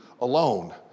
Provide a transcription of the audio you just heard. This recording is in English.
alone